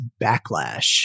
Backlash